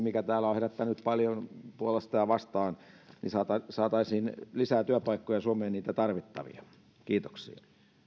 mikä täällä on herättänyt paljon puolesta ja vastaan ja saataisiin lisää työpaikkoja suomeen niitä tarvittavia kiitoksia